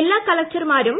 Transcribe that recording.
എല്ലാ കളക്ടർമാരും